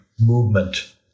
movement